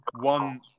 One